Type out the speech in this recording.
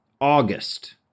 August